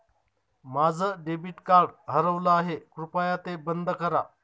माझं debit card हरवलं आहे, कृपया ते बंद करा